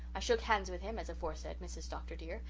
i shook hands with him, as aforesaid, mrs. dr. dear,